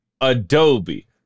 Adobe